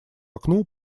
окну